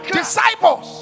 disciples